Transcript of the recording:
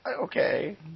okay